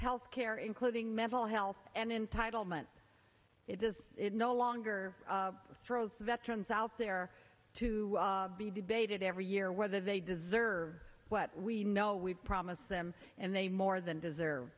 health care including mental health an entitlement it does it no longer throws the veterans out there to be debated every year whether they deserve what we know we've promised them and they more than deserve